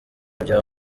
bya